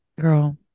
Girl